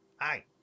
Hi